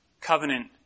covenant